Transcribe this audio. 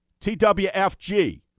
TWFG